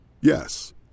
Yes